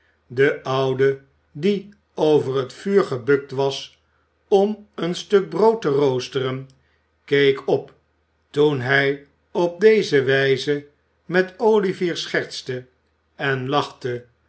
de oude die over het vuur gebukt was om een stuk brood te roosteren keek op toen hij op deze wijze met olivier schertste en lachte